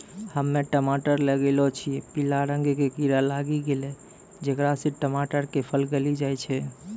हम्मे टमाटर लगैलो छियै पीला रंग के कीड़ा लागी गैलै जेकरा से टमाटर के फल गली जाय छै?